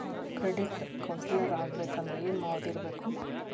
Credit counsellor ಆಗ್ಬೇಕಂದ್ರ ಏನ್ ಓದಿರ್ಬೇಕು?